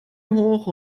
hoch